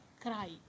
cry